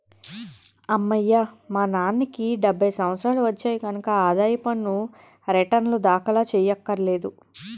అమ్మయ్యా మా నాన్నకి డెబ్భై సంవత్సరాలు వచ్చాయి కనక ఆదాయ పన్ను రేటర్నులు దాఖలు చెయ్యక్కర్లేదు